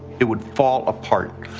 it would fall apart.